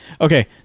Okay